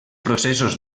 processos